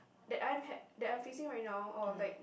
that I'm had that I'm facing right now or like